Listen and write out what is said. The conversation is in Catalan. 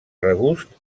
regust